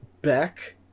back